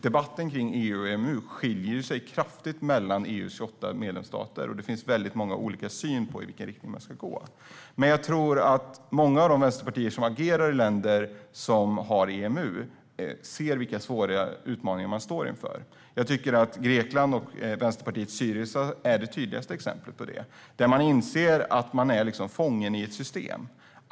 Debatten kring EU och EMU skiljer sig kraftigt mellan EU:s 28 medlemsstater, och det finns mycket olika syn på i vilken riktning man ska gå. Men många av de vänsterpartier som agerar i länder som är med i EMU tror jag ser vilka stora utmaningar man står inför. Jag tycker att Grekland och vänsterpartiet Syriza är det tydligaste exemplet på det. Man inser att man är fången i ett system.